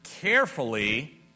carefully